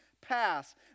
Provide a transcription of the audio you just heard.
pass